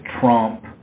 Trump